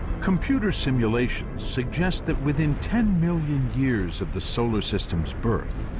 computer simulations suggest that within ten million years of the solar system's birth,